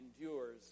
endures